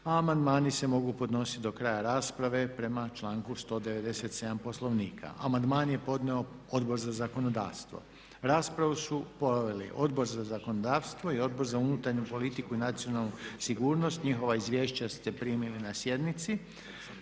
a amandmani se mogu podnositi do kraja rasprave prema članku 197. Poslovnika. Amandman je podnio Odbor za zakonodavstvo. Raspravu su proveli Odbor za zakonodavstvo i Odbor za unutarnju politiku i nacionalnu sigurnost. Njihova izvješća ste primili na sjednici.